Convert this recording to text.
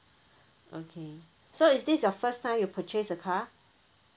okay so is this your first time you purchase the car